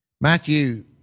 Matthew